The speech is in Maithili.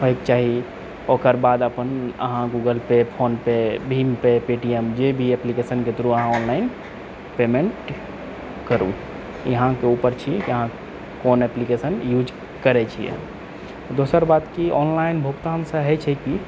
होएके चाही ओकर बाद अपन अहाँ गूगल पे फोन पे भीम पे पेटीएम जे भी एप्लीकेशनके थ्रू अहाँ ऑनलाइन पेमेन्ट करू ई अहाँ कऽ ऊपर छी कि अहाँ कोन एप्लीकेशन यूज करैत छियै दोसर बात की ऑनलाइन भुगतानसँ होइत छै कि